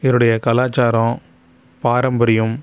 இவருடைய கலாச்சாரம் பாரம்பரியம்